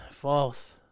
False